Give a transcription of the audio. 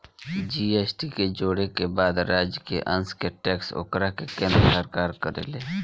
GST के जोड़े के बाद राज्य के अंस के टैक्स ओकरा के केन्द्र सरकार करेले